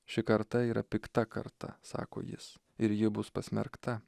ši karta yra pikta karta sako jis ir ji bus pasmerkta